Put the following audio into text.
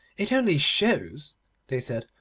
it only shows they said,